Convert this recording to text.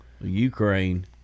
ukraine